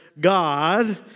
God